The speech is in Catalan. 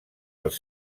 els